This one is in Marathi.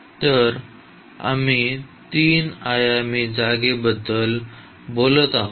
तर आम्ही तीन आयामी जागेबद्दल बोलत आहोत